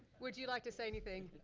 would you like to say anything,